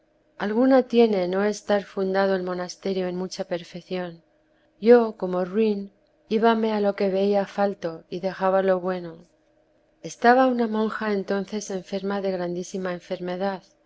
alguna tiene no estar fundado el monasterio en mucha perfección yo como ruin íbame a lo que veía falto y dejaba lo bueno estaba una monja entonces enferma de grandísima enfermedad